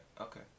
okay